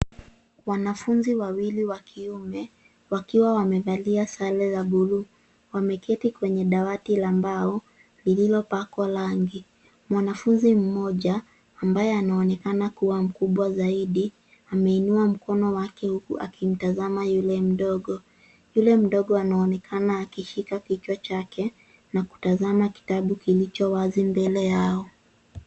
Wanafunzi wawili wa kiume wakiwa wamevalia sare za buluu. Wameketi kwenye dawati la mbao lililopakwa rangi. Mwanafunzi mmoja ambaye anaonekana kuwa mkubwa zaidi ameinua mkono wake huku akitazama yule mdogo. Yule mdogo anaonekana akishika kichwa chake na kutazama kitabu kilicho wazi mbele yao.